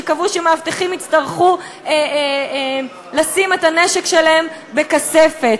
שקבעו שמאבטחים יצטרכו לשים את הנשק שלהם בכספת.